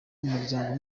umuryango